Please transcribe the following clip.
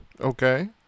Okay